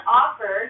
offer